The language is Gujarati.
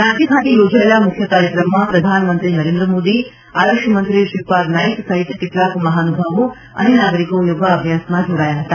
રાંચી ખાતે યોજાયેલા મુખ્ય કાર્યક્રમમાં પ્રધાનમંત્રી નરેન્દ્ર મોદી આયુષ મંત્રી શ્રીપાદ નાઇક સહિત કેટલાંક મહાનુભાવો અને નાગરિકો યોગાભ્યાસમાં જોડાયા હતા